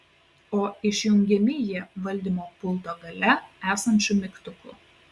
o išjungiami jie valdymo pulto gale esančiu mygtuku